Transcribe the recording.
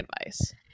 advice